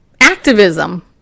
activism